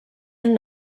and